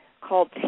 called